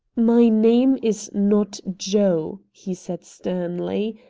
my name is not joe, he said sternly,